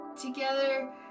together